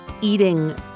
eating